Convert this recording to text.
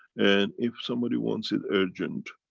and if somebody wants it urgent,